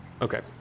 Okay